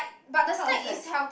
what kind of snacks